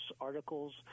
articles